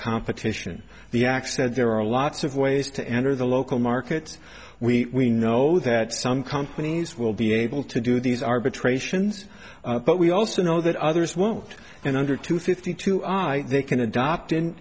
competition the x that there are lots of ways to enter the local market we know that some companies will be able to do these arbitrations but we also know that others won't and under two thirty two i can adopt in